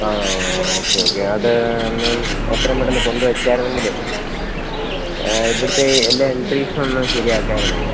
ആ okay okay അത് എത്രയും പെട്ടെന്ന് കൊണ്ട് വെച്ചായിരുന്നെങ്കിലെ ഇവിടുത്തെ എല്ലാ എൻട്രീസൊന്ന് ശരിയാക്കാമായിരുന്നെ